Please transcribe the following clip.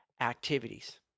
activities